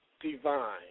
divine